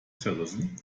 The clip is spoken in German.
zerrissen